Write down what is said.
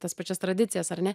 tas pačias tradicijas ar ne